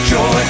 Joy